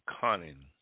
cunning